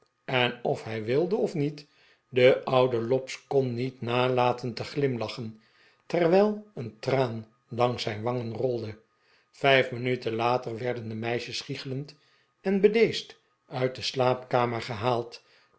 en of hij wilde of niet de oude lobbs kon niet nalatten te glimlachen terwijl een traan langs zijii wangen rolde vijf minuten later werden de meisjes gichelend en bedeesd uit de slaapkamer gehaald